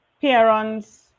Parents